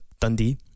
Dundee